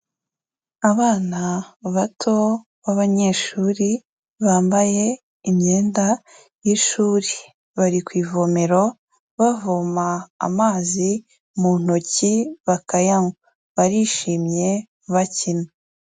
Abana bato b'abanyeshuri bambaye imyenda y'ishuri, bari ku ivomero bavoma amazi mu ntoki bakayanywa, barishimye bakina.